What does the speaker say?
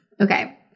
Okay